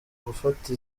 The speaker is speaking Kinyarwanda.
gufata